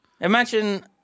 Imagine